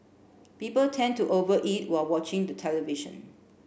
people tend to over eat while watching the television